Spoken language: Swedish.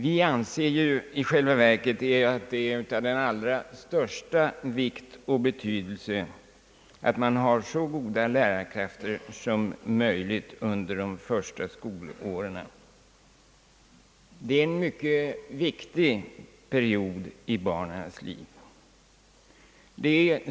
Vi anser ju i själva verket att det är av den allra största vikt att man har så goda lärarkrafter som möjligt under de första skolåren, som är en mycket viktig period i barnens liv.